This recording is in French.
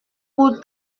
pour